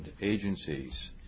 agencies